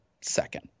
second